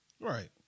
Right